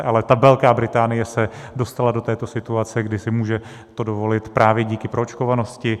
Ale Velká Británie se dostala do této situace, kdy si to může dovolit právě díky proočkovanosti.